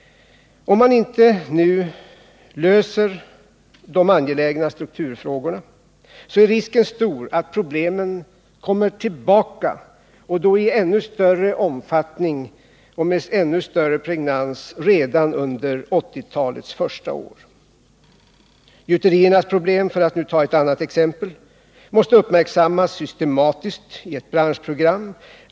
Om man inte nu löser de angelägna strukturfrågorna är risken stor att problemen kommer tillbaka redan under 1980-talets första år, och då i ännu större omfattning och med ännu större pregnans. Gjuteriernas problem, för att nu ta ett annat exempel, måste uppmärksammas systematiskt i ett branschprogram.